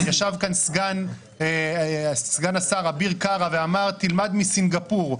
ישב כאן סגן השר אביר קארה ואמר: תלמד מסינגפור.